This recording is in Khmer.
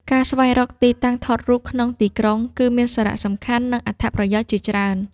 ការស្វែងរកទីតាំងថតរូបក្នុងទីក្រុង គឺមានសារៈសំខាន់ និងអត្ថប្រយោជន៍ជាច្រើន។